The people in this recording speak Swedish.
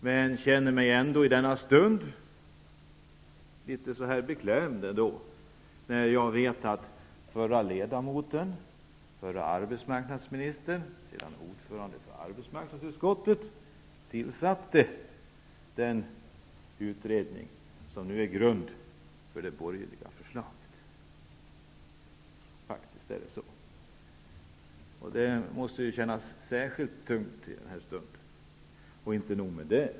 Jag känner mig ändå i denna stund litet beklämd eftersom jag vet att f.d. statsrådet, f.d. arbetsmarknadsministern, sedermera ordförande för arbetsmarnadsutskottet, beställde den utredning som nu ligger till grund för det borgerliga förslaget. Det är faktiskt på det sättet, vilket måste kännas särskilt tungt i denna stund. Inte nog med det.